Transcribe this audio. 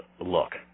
look